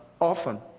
Often